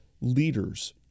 leaders